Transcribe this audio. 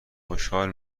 خوشحال